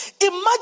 imagine